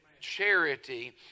Charity